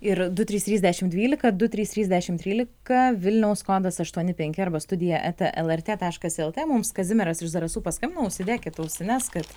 ir du trys tris dešim dvylika du trys trys dešim trylika vilniaus kodas aštuoni penki arba studija eta lrt taškas lt mums kazimieras iš zarasų paskambino užsidėkit ausines kad